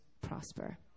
prosper